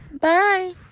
Bye